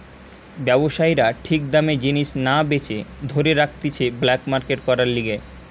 ব্যবসায়ীরা ঠিক দামে জিনিস না বেচে ধরে রাখতিছে ব্ল্যাক মার্কেট করার লিগে